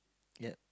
ya